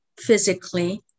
physically